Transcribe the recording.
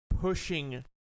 pushing